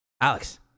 Alex